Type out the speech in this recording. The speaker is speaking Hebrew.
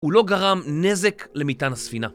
הוא לא גרם נזק למטען הספינה.